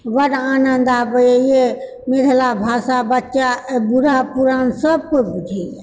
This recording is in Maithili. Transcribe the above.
बड्ड आनन्द आबयए मिथिला भाषा बच्चा बूढ़ा पुरानसभ केओ बुझयए